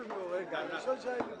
ההצעה לא